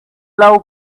love